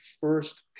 first